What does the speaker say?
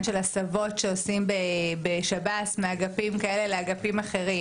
של הסבות שעושים בשב"ס מאגפים כאלה לאגפים אחרים,